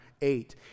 eight